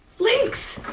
links.